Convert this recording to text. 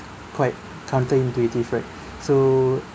quite counter-intuitive so